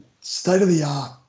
state-of-the-art